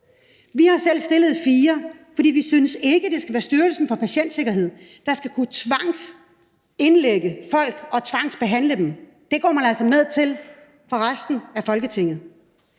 Vi har selv stillet 4, for vi synes ikke, at det skal være Styrelsen for Patientsikkerhed, der skal kunne tvangsindlægge og tvangsbehandle folk. Det går man altså med til fra resten af Folketingets